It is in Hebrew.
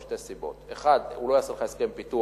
משתי סיבות: 1. הוא לא יעשה לך הסכם פיתוח.